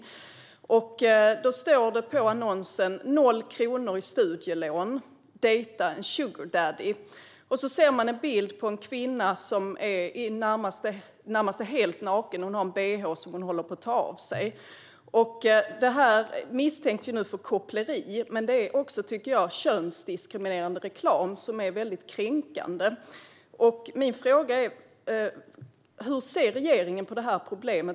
I annonsen står det: "0,- I STUDIELÅN? DEJTA EN SUGAR DADDY". Och så ser man en bild på en kvinna som är i det närmaste helt naken. Hon har en bh på sig som hon håller på att ta av sig. Detta misstänks nu vara koppleri, men jag tycker också att det är könsdiskriminerande reklam som är väldigt kränkande. Min fråga är: Hur ser regeringen på detta problem?